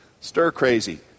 stir-crazy